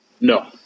No